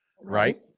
Right